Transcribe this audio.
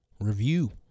review